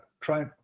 try